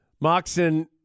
Moxon